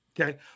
Okay